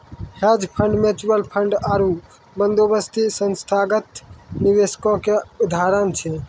hedge fund, mutual fund आरु बंदोबस्ती संस्थागत निवेशको के उदाहरण छै